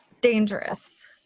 dangerous